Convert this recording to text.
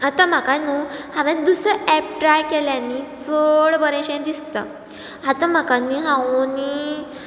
आतां म्हाका न्हू हांवें दुसरें एप ट्राय केलें न्ही चड बरेंशे दिसता आतां म्हाका न्ही हांव न्ही